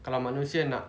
kalau manusia nak